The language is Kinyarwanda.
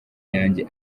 yanjye